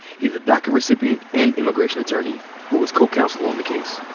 he's a daca recipient and immigration attorney who was co-counsel on the case.